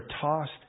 tossed